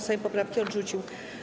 Sejm poprawki odrzucił.